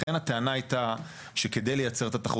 ולכן הטענה הייתה שכדי לייצר את התחרות,